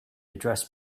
address